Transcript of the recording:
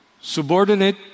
subordinate